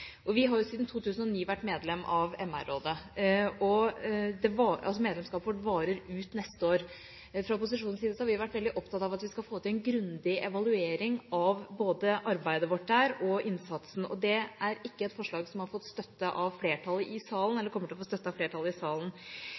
budsjettinnstillingen. Vi har siden 2009 vært medlem av Menneskerettighetsrådet. Medlemskapet vårt varer ut neste år. Fra opposisjonens side har vi vært veldig opptatt av at vi skal få til en grundig evaluering av både arbeidet vårt der og innsatsen, og det er ikke et forslag som kommer til å få støtte av flertallet i salen. Kan utenriksministeren likevel forsikre Stortinget om at det vil komme en grundig gjennomgang og evaluering av arbeidet vårt i